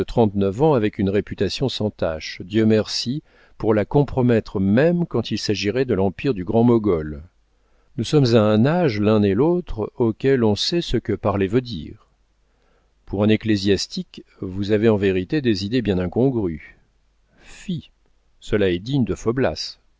trente-neuf ans avec une réputation sans tache dieu merci pour la compromettre même quand il s'agirait de l'empire du grand-mogol nous sommes à un âge l'un et l'autre auquel on sait ce que parler veut dire pour un ecclésiastique vous avez en vérité des idées bien incongrues fi cela est digne de faublas